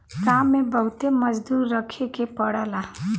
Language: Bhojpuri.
काम में बहुते मजदूर रखे के पड़ला